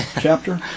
chapter